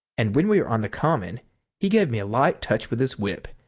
and when we were on the common he gave me a light touch with his whip,